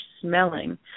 smelling